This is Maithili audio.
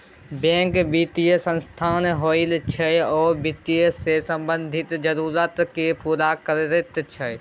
बैंक बित्तीय संस्थान होइ छै आ बित्त सँ संबंधित जरुरत केँ पुरा करैत छै